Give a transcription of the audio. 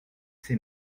ses